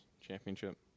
championship